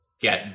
get